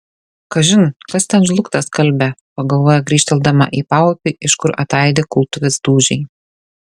kažin kas ten žlugtą skalbia pagalvoja grįžteldama į paupį iš kur ataidi kultuvės dūžiai